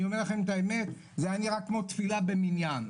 אומר לכם את האמת, זה היה נראה כמו תפילה במניין.